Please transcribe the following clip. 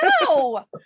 No